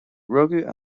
rugadh